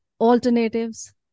alternatives